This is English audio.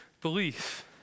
belief